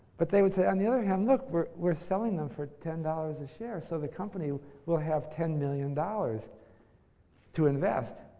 but they would say, on the other hand, look, we're we're selling them for ten dollars a share, so the company will have ten million dollars to invest.